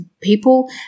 people